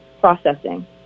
processing